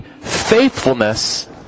faithfulness